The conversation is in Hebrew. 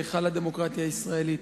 להיכל הדמוקרטיה הישראלית.